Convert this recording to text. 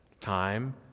Time